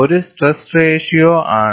ഒരു stress ratio ആണ്